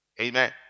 Amen